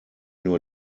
nur